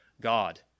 God